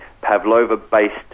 pavlova-based